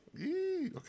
Okay